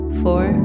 four